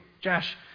Josh